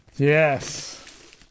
yes